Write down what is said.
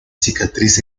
cicatriz